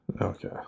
Okay